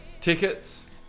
tickets